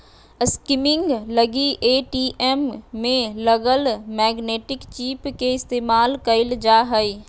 skimming लगी ATM में लगल मैग्नेटिक चिप के इस्तेमाल कइल जा हइ